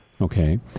Okay